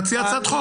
תציע הצעת חוק.